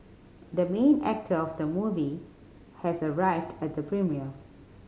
the main actor of the movie has arrived at the premiere